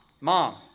Mom